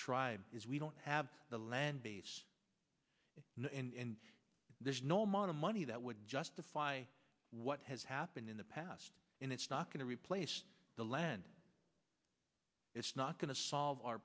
tribe is we don't have the land base in this no amount of money that would justify what has happened in the past and it's not going to replace the land it's not going to solve our